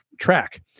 track